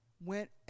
went